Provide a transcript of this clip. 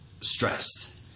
stressed